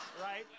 right